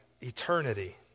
eternity